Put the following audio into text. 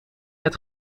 het